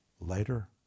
later